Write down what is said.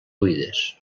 buides